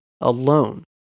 alone